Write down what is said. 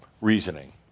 reasoning